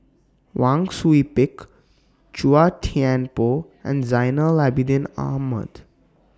Wang Sui Pick Chua Thian Poh and Zainal Abidin Ahmad